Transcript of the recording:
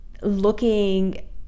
looking